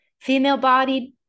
female-bodied